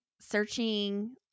searching